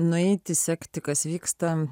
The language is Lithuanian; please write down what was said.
nueiti sekti kas vyksta